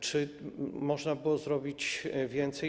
Czy można było zrobić więcej?